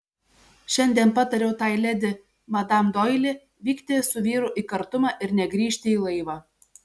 šiandien patariau tai ledi madam doili vykti su vyru į kartumą ir negrįžti į laivą